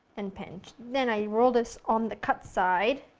and pinch. then i roll this on the cut side